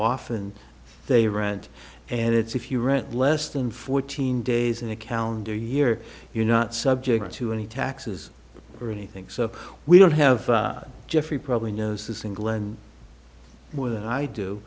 often they rent and if you rent less than fourteen days in a calendar year you're not subject to any taxes or anything so we don't have jeffrey probably knows england more than i do